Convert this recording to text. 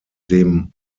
dem